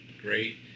great